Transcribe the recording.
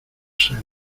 senos